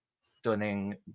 stunning